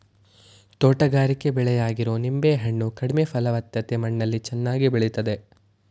ತೋಟಗಾರಿಕೆ ಬೆಳೆಯಾಗಿರೊ ನಿಂಬೆ ಹಣ್ಣು ಕಡಿಮೆ ಫಲವತ್ತತೆ ಮಣ್ಣಲ್ಲಿ ಚೆನ್ನಾಗಿ ಬೆಳಿತದೆ